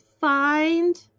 find